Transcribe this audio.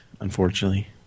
unfortunately